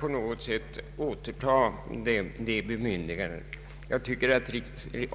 på något sätt försöka återta detta bemyndigande.